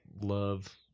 love